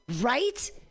Right